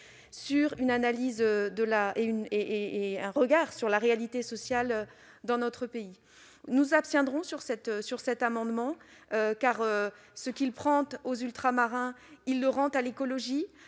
sur une analyse de la réalité sociale dans notre pays. Nous nous abstiendrons sur cet amendement, car, ce qu'il prend aux Ultramarins, il le rend à l'écologie.